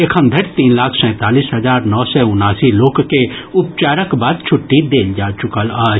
एखनधरि तीन लाख सैंतालीस हजार नओ सय उनासी लोक के उपचारक बाद छुट्टी देल जा चुकल अछि